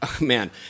man